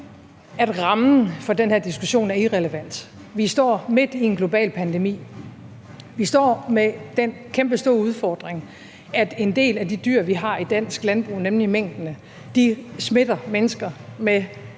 at rammen for den her diskussion er irrelevant. Vi står midt i en global pandemi. Vi står med den kæmpestore udfordring, at en del af de dyr, vi har i dansk landbrug, nemlig minkene, smitter mennesker med